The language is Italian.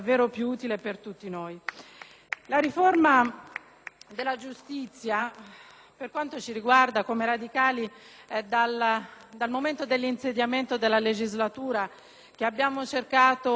riforma della giustizia, per quanto ci riguarda, come radicali, dal momento dell'insediamento della legislatura abbiamo cercato un dialogo con